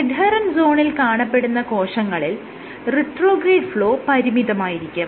adherent സോണിൽ കാണപ്പെടുന്ന കോശങ്ങളിൽ റിട്രോഗ്രേഡ് ഫ്ലോ പരിമിതമായിരിക്കും